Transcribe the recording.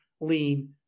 lean